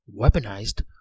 Weaponized